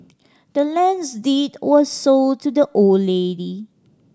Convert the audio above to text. the land's deed was sold to the old lady